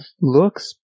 looks